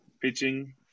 pitching